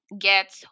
get